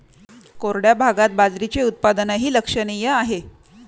कोरड्या भागात बाजरीचे उत्पादनही लक्षणीय आहे